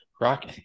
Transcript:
Rock